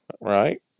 Right